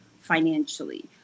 financially